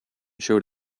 showed